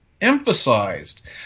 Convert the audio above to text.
emphasized